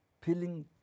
feeling